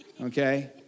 Okay